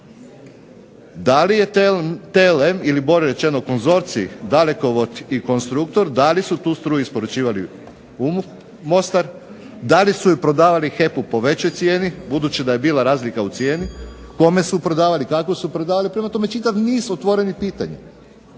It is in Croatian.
da li je TLM ili boje rečeno konzorcij Dalekovod i Konstruktor da li su tu struju isporučivali u Mostar, da li su je prodavali HEP-u po većoj cijeni, budući da je bila razlika u cijeni, kome su prodavali, kako su prodavali. Prema tome, čitav niz otvorenih pitanja.